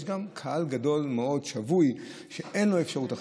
יש גם קהל שבוי גדול מאוד שאין לו אפשרות אחרת,